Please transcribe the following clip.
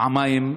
פעמיים,